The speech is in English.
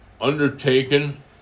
undertaken